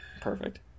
Perfect